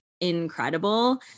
incredible